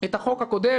את החוק הקודם,